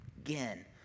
again